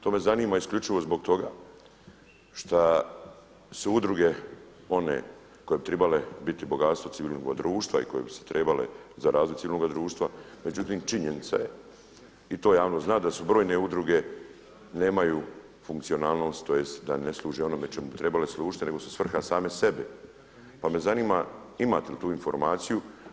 To me zanima isključivo zbog toga šta su udruge one koje bi trebale biti bogatstvo civilnog društva i koje bi se trebale za razvoj civilnog društva, međutim činjenica je i to javnost zna da su brojne udruge nemaju funkcionalnost tj. da ne služe onome čemu bi trebale služiti nego su svrha same sebi, pa me zanima imate li tu informaciju.